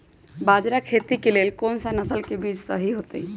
बाजरा खेती के लेल कोन सा नसल के बीज सही होतइ?